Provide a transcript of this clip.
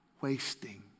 wasting